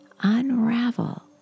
unravel